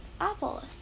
apples